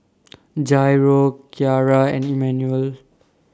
Jairo Kyara and Emanuel